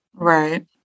Right